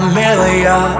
Familiar